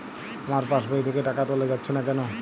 আমার পাসবই থেকে টাকা তোলা যাচ্ছে না কেনো?